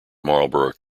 marlborough